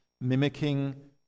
mimicking